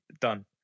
done